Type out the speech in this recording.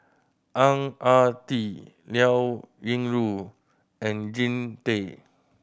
Ang Ah Tee Liao Yingru and Jean Tay